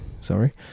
sorry